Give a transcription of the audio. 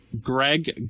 Greg